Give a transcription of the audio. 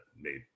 made